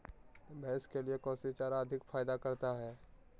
भैंस के लिए कौन सी चारा अधिक फायदा करता है?